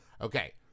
Okay